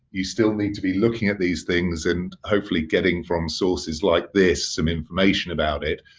you still need to be looking at these things and hopefully getting from sources like this, some information about it.